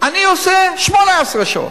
אני עושה 18 שעות.